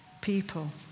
people